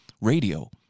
radio